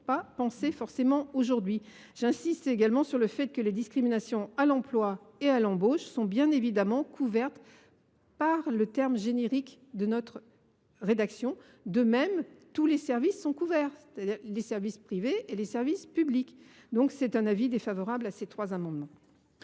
pas forcément aujourd’hui. J’insiste également sur le fait que les discriminations à l’emploi et à l’embauche sont bien évidemment couvertes par le terme générique retenu pour notre rédaction. De même, tous les services sont couverts, privés comme publics. L’avis est donc défavorable sur ces trois amendements.